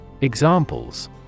Examples